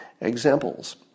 examples